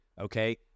okay